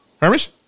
Hermes